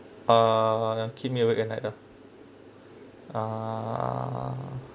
ah keep me awake at night ah uh